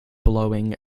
blowing